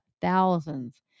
thousands